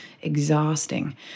exhausting